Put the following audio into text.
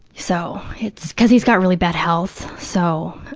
so, it's, because he's got really bad health, so,